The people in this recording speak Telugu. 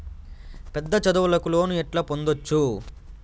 పెద్ద చదువులకు లోను ఎట్లా పొందొచ్చు